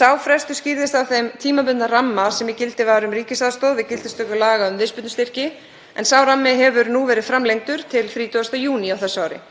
Sá frestur skýrðist af þeim tímabundna ramma sem í gildi var um ríkisaðstoð við gildistöku laga um viðspyrnustyrki en sá rammi hefur nú verið framlengdur til 30. júní á þessu ári.